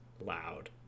loud